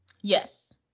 Yes